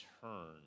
turn